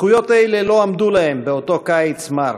זכויות אלו לא עמדו להם באותו קיץ מר.